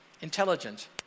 intelligent